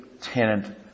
tenant